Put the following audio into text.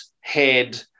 head